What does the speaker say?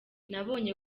nabonye